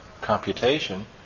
computation